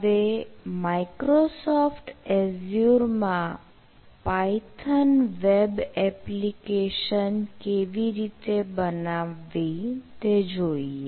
હવે Microsoft Azure માં Python web application કેવી રીતે બનાવવી તે જોઈએ